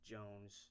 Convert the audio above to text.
Jones